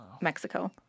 Mexico